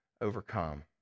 overcome